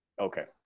Okay